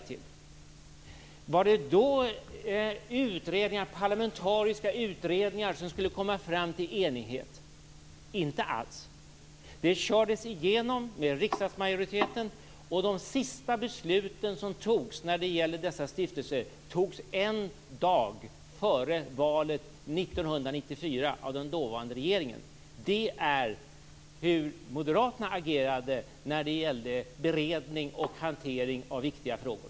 Fanns det då parlamentariska utredningar som skulle komma fram till enighet? Inte alls. Förslaget kördes igenom med riksdagsmajoritetens hjälp, och de sista beslut som fattades när det gäller dessa stiftelser fattades en dag före valet 1994 av den dåvarande regeringen. Det var så Moderaterna agerade när det gällde beredning och hantering av viktiga frågor.